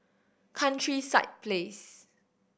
Countryside Place